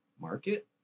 market